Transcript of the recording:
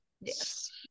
Yes